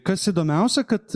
kas įdomiausia kad